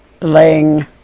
Laying